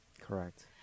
Correct